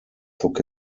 took